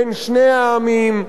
בין שני העמים,